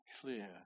clear